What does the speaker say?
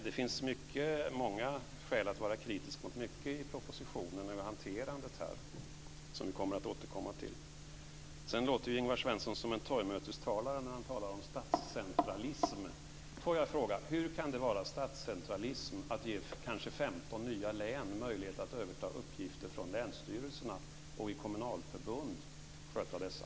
Det finns många skäl att vara kritisk mot mycket i propositionen när det gäller hanterandet, vilket vi återkommer till. Ingvar Svensson låter som en torgmötestalare när han talar om statscentralism. Får jag fråga: Hur kan det vara statscentralism att ge kanske 15 nya län möjlighet att överta uppgifter från länsstyrelserna och i kommunalförbund sköta dessa?